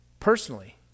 Personally